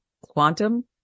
quantum